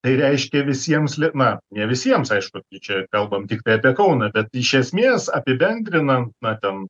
tai reiškia visiems li na ne visiems aišku čia kalbam tiktai apie kauną bet iš esmės apibendrinant na ten